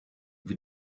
wie